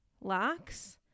locks